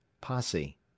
Posse